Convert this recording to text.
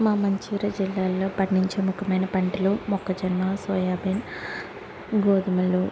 మా మంచిర్యాల జిల్లాలో పండించే ముఖ్యమైన పంటలు మొక్కజొన్న సోయాబీన్ గోధుమలు